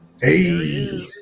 Hey